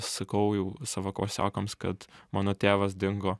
sakau jau savo klasiokams kad mano tėvas dingo